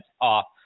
off